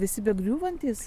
visi begriūvantys